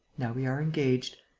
now we are engaged.